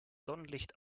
sonnenlicht